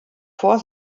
vor